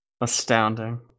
Astounding